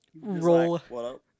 roll